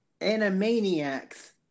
Animaniacs